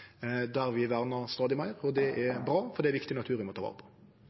der vi vernar stadig meir. Det er bra, for det er viktig natur vi må ta vare på.